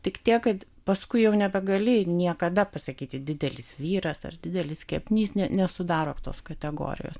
tik tiek kad paskui jau nebegali niekada pasakyti didelis vyras ar didelis kepsnys ne nesudaro tos kategorijos